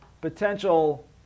potential